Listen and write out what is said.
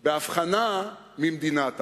בהבחנה ממדינת ההלכה.